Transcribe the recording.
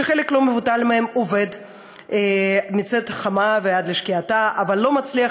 וחלק לא מבוטל מהם עובד מצאת החמה ועד לשקיעתה אבל לא מצליח